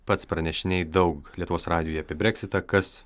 pats pranešinėji daug lietuvos radijui apie breksitą kas